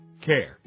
care